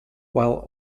while